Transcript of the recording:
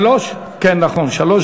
אחרי כן,